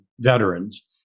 veterans